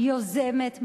יוזמת,